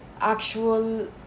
actual